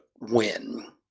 win